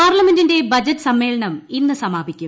പാർലമെന്റിന്റെ ബജറ്റ് സമ്മേളനം ഇന്ന് സമാപിക്കും